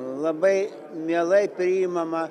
labai mielai priimama